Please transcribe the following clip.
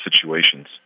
situations